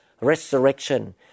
resurrection